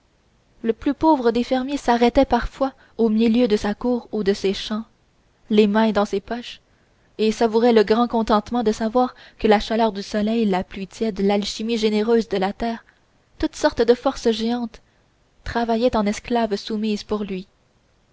le plus pauvre des fermiers s'arrêtait parfois au milieu de sa cour ou de ses champs les mains dans ses poches et savourait le grand contentement de savoir que la chaleur du soleil la pluie tiède l'alchimie généreuse de la terre toutes sortes de forces géantes travaillaient en esclaves soumises pour lui